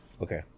Okay